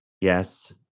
Yes